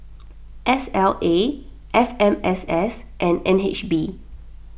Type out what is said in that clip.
S L A F M S S and N H B